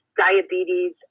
diabetes